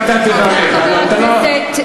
אתה גורם נזק.